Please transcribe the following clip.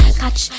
catch